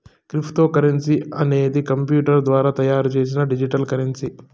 cryptocurrency అనేది computer ద్వారా తయారు చేసిన డిజిటల్ కరెన్సీ